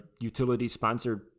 utility-sponsored